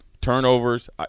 turnovers